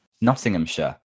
Nottinghamshire